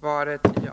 föreligga.